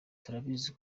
turabizi